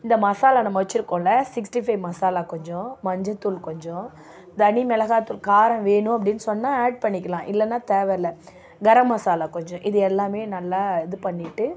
இந்த மசாலா நம்ம வச்சிருக்கோம்ல சிக்ஸ்டி ஃபைவ் மசாலா கொஞ்சம் மஞ்சள் தூள் கொஞ்சம் தனிமிளகாய் தூள் காரம் வேணும் அப்படின்னு சொன்னால் ஆட் பண்ணிக்கலாம் இல்லைனா தேவையில்லை கரம் மசாலா கொஞ்சம் இது எல்லாம் நல்லா இது பண்ணிவிட்டு